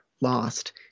lost